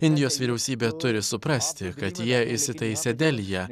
indijos vyriausybė turi suprasti kad jie įsitaisė delyje